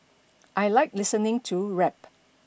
I like listening to rap